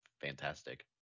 fantastic